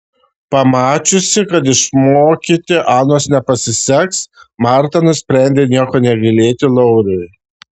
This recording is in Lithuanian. pamačiusi kad išmokyti anos nepasiseks marta nusprendė nieko negailėti lauriui